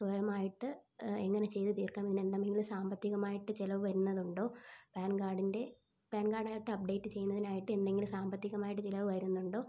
സ്വയമായിട്ട് എങ്ങനെ ചെയ്ത് തീർക്കാമെന്നതിൽ സാമ്പത്തികമായിട്ട് ചിലവ് വരുന്നതുണ്ടോ പാൻ കാഡിൻ്റെ പാൻ കാർഡായിട്ട് അപ്പ്ഡേറ്റ് ചെയ്യുന്നതിനായിട്ടെന്തെങ്കിലും സാമ്പത്തികമായിട്ട് ചിലവ് വരുന്നുണ്ടോ